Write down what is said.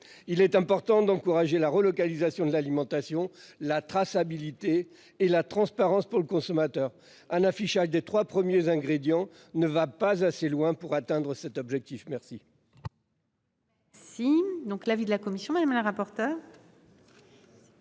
Il est important d'encourager la relocalisation de l'alimentation, la traçabilité et la transparence pour le consommateur. Un affichage des trois premiers ingrédients ne permettra pas d'atteindre cet objectif. Quel